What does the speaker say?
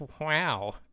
wow